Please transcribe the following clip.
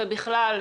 ובכלל,